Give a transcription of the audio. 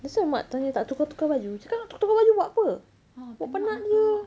that's why mak tanya tak tukar-tukar baju cakap tukar-tukar baju buat apa buat penat jer